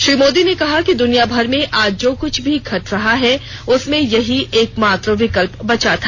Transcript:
श्री मोदी ने कहा कि दुनिया भर में आज जो कुछ भी घट रहा है उसमें यही एकमात्र विकल्प बचा था